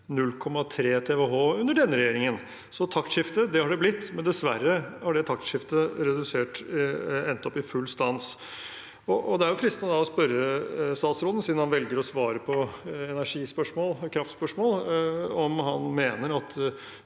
0,3 TWh under denne regjeringen, så taktskifte har det blitt, men dessverre har det taktskiftet endt opp i full stans. Det er fristende å spørre statsråden, siden han velger å svare på energi- og kraftspørsmål, om han mener at